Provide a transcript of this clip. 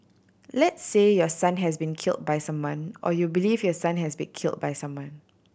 let's say your son has been killed by someone or you believe your son has been killed by someone